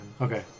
Okay